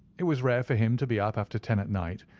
it was rare for him to be up after ten at night,